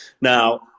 Now